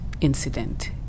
incident